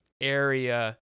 area